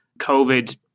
COVID